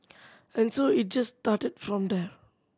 and so it just started from there